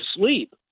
sleep